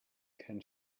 can